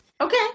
Okay